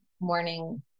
morning